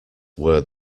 were